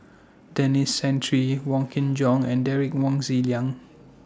Denis Santry Wong Kin Jong and Derek Wong Zi Liang